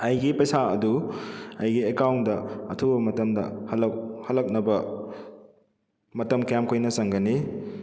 ꯑꯩꯒꯤ ꯄꯩꯁꯥ ꯑꯗꯨ ꯑꯩꯒꯤ ꯑꯦꯀꯥꯎꯟꯗ ꯑꯊꯨꯕ ꯃꯇꯝꯗ ꯍꯂꯛꯅꯕ ꯃꯇꯝ ꯀꯌꯥꯝ ꯀꯨꯏꯅ ꯆꯪꯒꯅꯤ